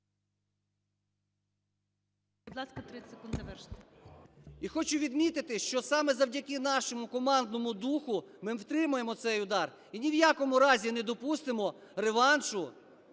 І хочу відмітити, що саме завдяки нашому командному духу ми втримаємо цей удар і ні в якому разі не допустимо реваншу